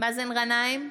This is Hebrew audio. מאזן גנאים,